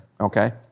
Okay